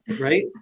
Right